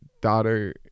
daughter